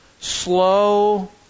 slow